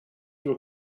your